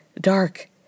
dark